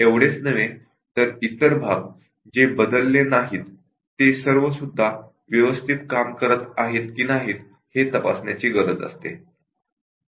एवढेच नव्हे तर इतर भाग जे बदलले नाहीत ते सर्व सुद्धा व्यवस्थित काम करत आहेत की नाही हे तपासण्याची गरज असते